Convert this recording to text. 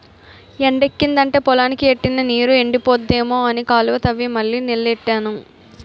ఎండెక్కిదంటే పొలానికి ఎట్టిన నీరు ఎండిపోద్దేమో అని కాలువ తవ్వి మళ్ళీ నీల్లెట్టాను